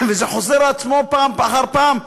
וזה חוזר על עצמו פעם אחר פעם,